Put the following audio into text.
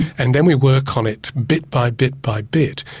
and then we work on it bit, by bit, by bit,